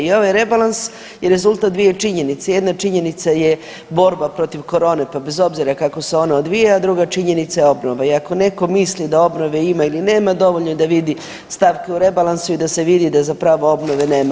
I ovaj rebalans je rezultat dvije činjenice, jedna činjenica je borba protiv korone pa bez obzira kako se ono odvija, a druga činjenica je obnova i ako neko misli da obnove ima ili nema dovoljno je da vidi stavke u rebalansu i da se vidi da zapravo obnove nema.